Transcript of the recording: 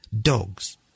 Dogs